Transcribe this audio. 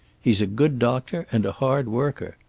he's a good doctor, and a hard worker.